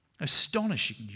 Astonishing